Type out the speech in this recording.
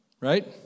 Right